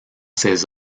ses